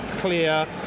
clear